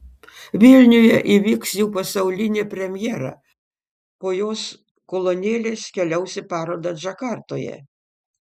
vilniuje įvyks jų pasaulinė premjera po jos kolonėlės keliaus į parodą džakartoje